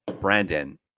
Brandon